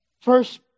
First